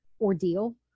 ordeal